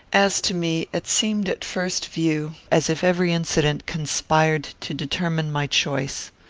as to me, it seemed at first view as if every incident conspired to determine my choice.